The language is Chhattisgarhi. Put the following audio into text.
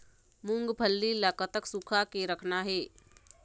मूंगफली ला कतक सूखा के रखना हे?